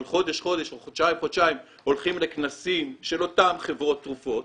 שחודש-חודש או חודשיים חודשיים הולכים לכנסים של אותן חברות תרופות